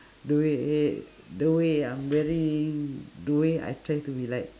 the way the way I'm wearing the way I'm trying to be like